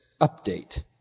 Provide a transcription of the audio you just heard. update